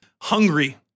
hungry